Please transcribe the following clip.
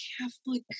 Catholic